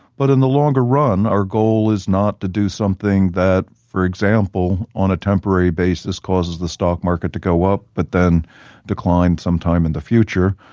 but in the longer run, our goal is not to do something that, for example, on a temporary basis causes the stock market to go up but then decline sometime in the future.